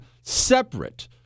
separate